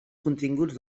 continguts